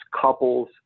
couples